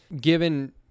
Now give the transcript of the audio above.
given